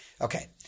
Okay